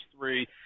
three